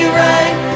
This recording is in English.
right